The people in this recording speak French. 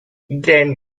glen